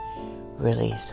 release